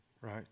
right